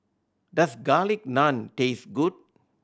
does Garlic Naan taste good